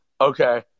Okay